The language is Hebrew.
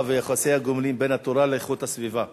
ויחסי הגומלין בין התורה לאיכות הסביבה.